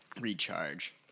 recharge